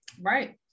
Right